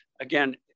again